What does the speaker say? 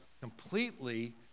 completely